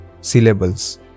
syllables